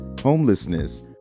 homelessness